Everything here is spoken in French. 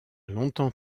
longtemps